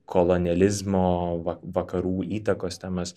kolonializmo va vakarų įtakos temas